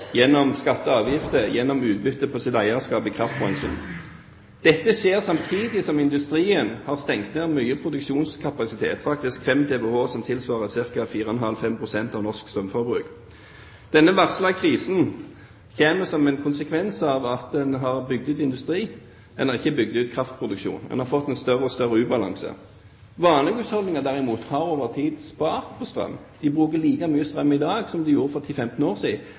gjennom skatter og avgifter, gjennom utbytte på sitt eierskap i kraftbransjen. Dette skjer samtidig som industrien har stengt mye produksjonskapasitet, faktisk 5 TWh, som tilsvarer ca. 4,5–5 pst. av norsk strømforbruk. Denne varslede krisen kommer som en konsekvens av at en har bygd ut industri, en har ikke bygd ut kraftproduksjonen – en har fått en større og større ubalanse. Vanlige husholdninger derimot har over tid spart på strøm. De bruker like mye strøm i dag som de gjorde for 10–15 år